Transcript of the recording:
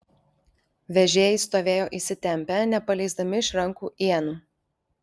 vežėjai stovėjo įsitempę nepaleisdami iš rankų ienų